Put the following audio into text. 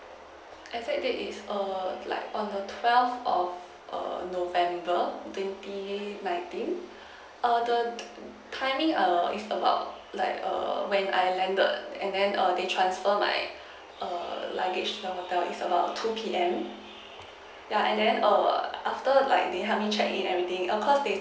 I said there is err like on the twelve of err november twenty nineteen err the timing err it's about like err when I landed and then err they transfer like err luggage to the hotel it's around two P_M ya and then err after like they have me checked in everything err because they